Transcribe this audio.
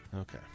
Okay